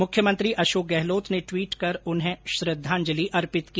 मुख्यमंत्री अशोक गहलोत ने ट्वीट कर उन्हें श्रद्धांजलि अर्पित की